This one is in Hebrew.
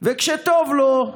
כשטוב לו,